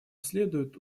следует